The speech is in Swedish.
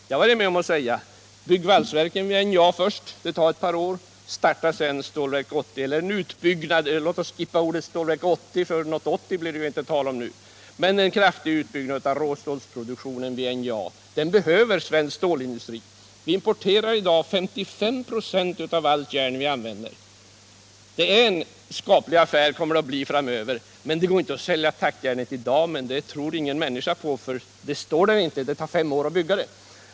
Jag har varit med om att säga: Bygg valsverk vid NJA först; det tar ett par år. Starta sedan Stålverk 80 — ja, låt oss för resten skippa benämningen Stålverk 80, för något 80 blir det ju inte tal om nu, och i stället tala om en kraftig utbyggnad av råstålsproduktionen vid NJA. Den behöver svensk stålindustri. Vi importerar i dag 55 96 av allt det järn vi använder. Framdeles kommer det att bli en ganska bra affär. Det går inte att sälja tackjärnet i dag, och det tror inte heller någon människa på, eftersom det tar fem år att bygga anläggningen.